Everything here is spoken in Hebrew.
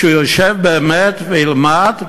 שהוא ישב באמת וילמד כרצונו?